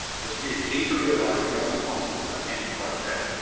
this will be the key to realising what is possible for any project,